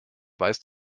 weist